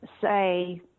say